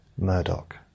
Murdoch